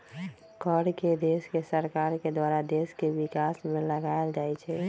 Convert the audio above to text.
कर के देश के सरकार के द्वारा देश के विकास में लगाएल जाइ छइ